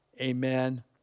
amen